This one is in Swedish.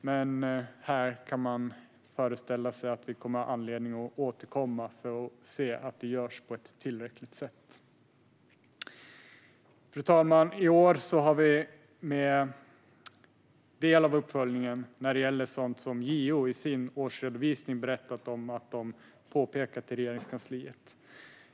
Men här kan man föreställa sig att vi kommer att ha anledning att återkomma för att se att det görs i tillräcklig utsträckning. Fru talman! I år har vi som en del av uppföljningen sådant som JO i sin årsredovisning berättat om att de påpekat till Regeringskansliet.